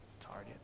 target